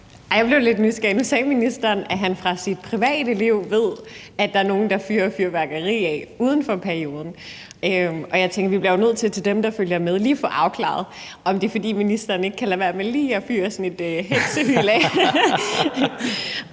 Jeg blev lidt nysgerrig. Nu sagde ministeren, at han fra sit private liv ved, at der er nogle, der fyrer fyrværkeri af uden for perioden. Jeg tænker, at vi jo lige bliver nødt til – i forhold til dem, der følger med – at få afklaret, om det er, fordi ministeren ikke kan lade være med lige at fyre sådan et heksehyl af.